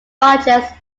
largest